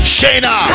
Shayna